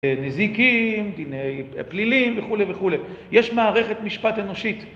נזיקים, דיני פלילים וכו' וכו', יש מערכת משפט אנושית